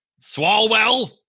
swalwell